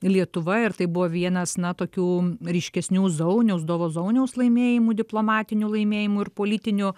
lietuva ir tai buvo vienas na tokių ryškesnių zauniaus dovo zauniaus laimėjimų diplomatinių laimėjimų ir politinių